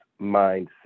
mindset